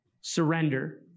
surrender